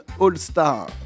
All-Star